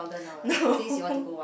no